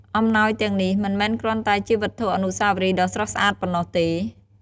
អំណោយទាំងនេះ មិនមែនគ្រាន់តែជាវត្ថុអនុស្សាវរីយ៍ដ៏ស្រស់ស្អាតប៉ុណ្ណោះទេ។